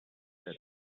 said